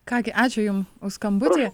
ką gi ačiū jum už skambutį